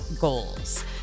goals